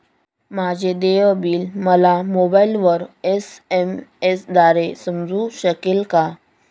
माझे देय बिल मला मोबाइलवर एस.एम.एस द्वारे समजू शकेल का?